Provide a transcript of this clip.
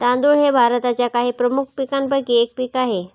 तांदूळ हे भारताच्या काही प्रमुख पीकांपैकी एक पीक आहे